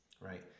Right